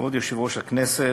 כבוד יושב-ראש הכנסת,